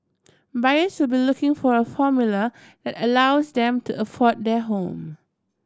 buyers will be looking for a formula that allows them to afford their home